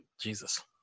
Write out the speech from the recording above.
Jesus